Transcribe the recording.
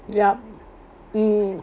yup mm